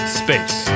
space